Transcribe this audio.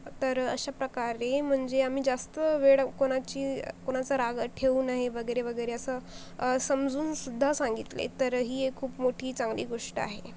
तर अशाप्रकारे म्हणजे आम्ही जास्त वेळ कोणाची कोणाचा राग ठेऊ नाही वगैरे वगैरे असं समजून सुद्धा सांगितले तर ही एक खूप मोठी चांगली गोष्ट आहे